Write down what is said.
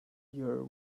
your